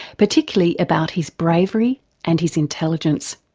particularly about his bravery and his intelligence.